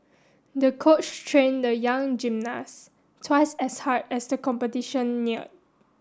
the coach trained the young gymnast twice as hard as the competition neared